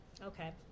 Okay